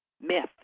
myth